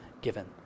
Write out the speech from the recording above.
given